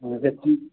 अच्छा तऽ ठीक